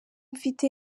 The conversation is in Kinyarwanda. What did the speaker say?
mfite